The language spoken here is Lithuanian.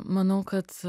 manau kad